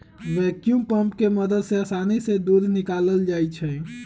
vacuum pump के मदद से आसानी से दूध निकाकलल जाइ छै